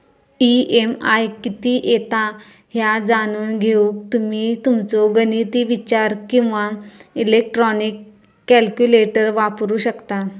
EMI किती येता ह्या जाणून घेऊक तुम्ही तुमचो गणिती विचार किंवा इलेक्ट्रॉनिक कॅल्क्युलेटर वापरू शकता